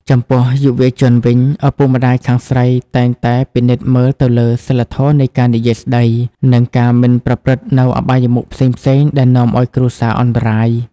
ចំពោះយុវជនវិញ ឪពុកម្ដាយខាងស្រីតែងតែពិនិត្យមើលទៅលើ "សីលធម៌នៃការនិយាយស្តី" និងការមិនប្រព្រឹត្តនូវអបាយមុខផ្សេងៗដែលនាំឱ្យគ្រួសារអន្តរាយ។